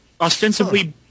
Ostensibly